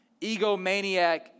egomaniac